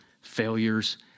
failures